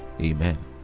Amen